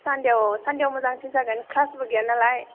सानदेआव सानदेआव मोजांसिन जागोन क्लासबो गैया नालाय